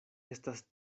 estas